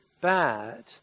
bad